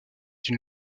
une